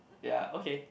ya okay